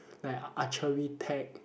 like archery tag